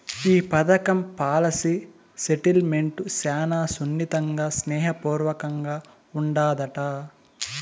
ఈ పదకం policy settlement శానా సున్నితంగా, స్నేహ పూర్వకంగా ఉండాదట